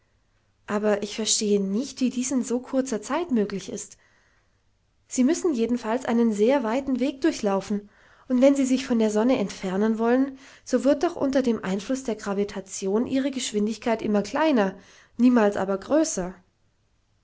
aber ich verstehe nicht wie dies in so kurzer zeit möglich ist sie müssen jedenfalls einen sehr weiten weg durchlaufen und wenn sie sich von der sonne entfernen wollen so wird doch unter dem einfluß der gravitation ihre geschwindigkeit immer kleiner niemals aber größer